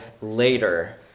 later